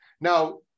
now